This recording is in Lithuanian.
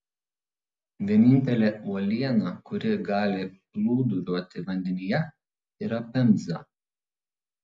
vienintelė uoliena kuri gali plūduriuoti vandenyje yra pemza